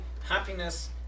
happiness